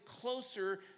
closer